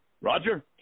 Roger